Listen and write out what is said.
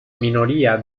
minoría